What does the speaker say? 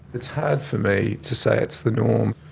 it's hard for me to say it's the norm.